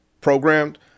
programmed